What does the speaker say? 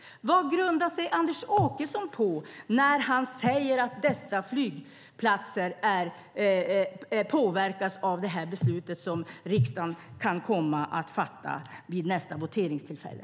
Vad grundar sig Anders Åkesson på när han säger att dessa flygplatser påverkas av det beslut som riksdagen kan komma att fatta vid nästa voteringstillfälle?